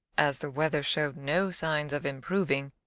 as the weather showed no signs of improving,